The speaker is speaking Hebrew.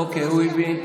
אוקיי, הוא הבין.